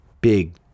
big